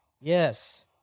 Yes